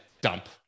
dump